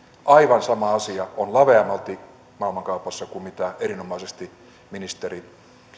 aivan sama asia on laveammalti maailmankaupassa kuin minkä erinomaisesti ministeri